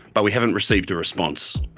but we haven't received a response.